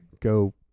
go